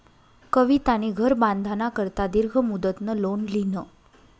कवितानी घर बांधाना करता दीर्घ मुदतनं लोन ल्हिनं